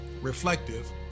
reflective